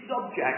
subject